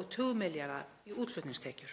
og tugmilljarða í útflutningstekjur.